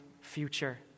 future